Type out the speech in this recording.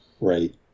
Right